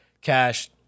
cash